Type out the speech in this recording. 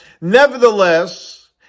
Nevertheless